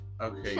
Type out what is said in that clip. okay